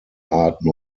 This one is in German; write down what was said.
arten